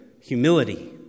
humility